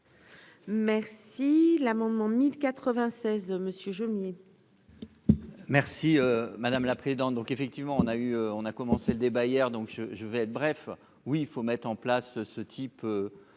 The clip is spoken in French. Merci l'amendement 1096 Monsieur Jomier. Merci madame la présidente, donc effectivement on a eu, on a commencé le débat hier, donc je je vais être bref, oui, il faut mettre en place ce type